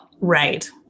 Right